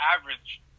average